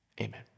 amen